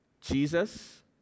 Jesus